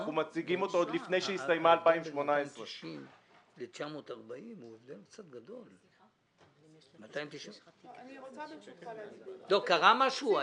אנחנו מציגים אותו עוד לפני שהסתיימה 2018. קרה משהו?